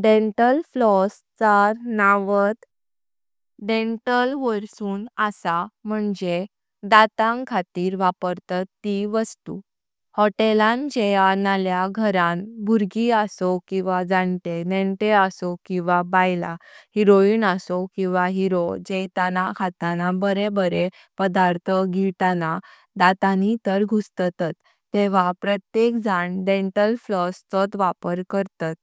Dental floss चा नावात dental वोइरसुं आसा मुञे दातांच खातीर वापरतात ती वस्तु। होटेलन जेंया नलया घरां, भुर्गी आसव किवा जानते, नेंते आसव किवा बाईलां, हेरोइन आसव किवा हीरो जेंतां खानां बरे बरे पदार्थ गेतां दातांनी तार गुसतात तेव्हा प्रत्येक जान डेंटल फ्लॉस छोट वापर करतात